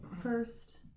first